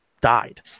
died